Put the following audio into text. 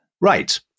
right